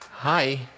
Hi